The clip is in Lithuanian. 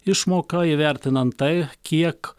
išmoka įvertinant tai kiek